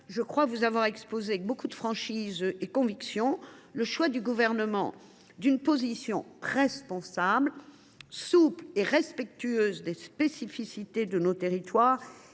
je crois vous avoir exposé avec franchise et conviction le choix du Gouvernement d’une position responsable, souple, respectueuse des spécificités de nos territoires